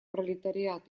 пролетариат